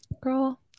girl